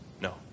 No